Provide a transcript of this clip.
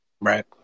Right